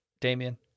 damien